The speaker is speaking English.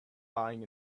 lying